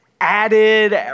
added